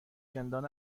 زندان